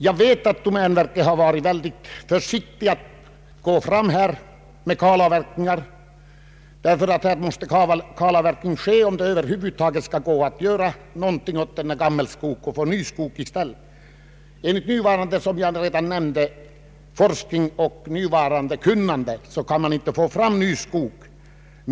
Jag vet att domänverket har gått fram mycket försiktigt med kalavverkningar, ty här måste det bli kalavverkning om man över huvud taget skall göra någonting åt den gamla skogen. Och som jag redan nämnt går det inte med nuvarande kunnande och nuvarande forskning att få fram ny skog.